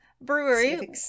Brewery